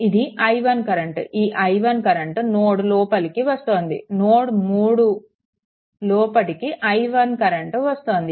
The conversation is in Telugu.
ఇది i1 కరెంట్ ఈ i1 కరెంట్ నోడ్ లోపలికి ప్రవహిస్తుంది నోడ్ 3 లోపటికి i1 కరెంట్ వస్తోంది